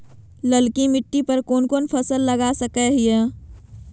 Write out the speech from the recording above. ललकी मिट्टी पर कोन कोन फसल लगा सकय हियय?